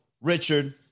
Richard